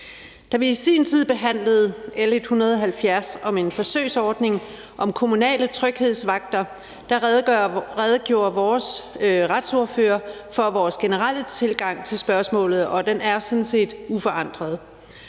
Da vi i sin tid behandlede L 170 om en forsøgsordning om kommunale tryghedsvagter, redegjorde vores retsordfører for vores generelle tilgang til spørgsmålet, og den er sådan set uforandret.